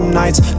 nights